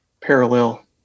parallel